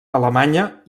alemanya